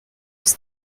was